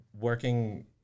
working